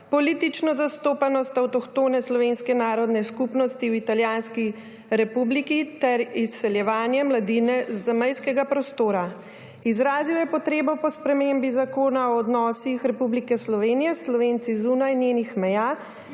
politično zastopanost avtohtone slovenske narodne skupnosti v Italijanski republiki ter izseljevanje mladine z zamejskega prostora. Izrazil je potrebo po spremembi Zakona o odnosih Republike Slovenije s Slovenci zunaj njenih meja